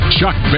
Chuck